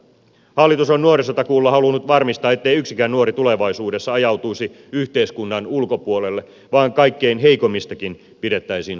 hallitus on nuorisotakuulla halunnut varmistaa ettei yksikään nuori tulevaisuudessa ajautuisi yhteiskunnan ulkopuolelle vaan kaikkein heikoimmistakin pidettäisiin huolta